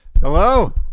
hello